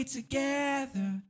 together